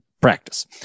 practice